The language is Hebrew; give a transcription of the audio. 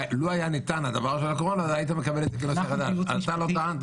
ניתן הדבר של הקורונה --- אתה לא טענת,